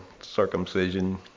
circumcision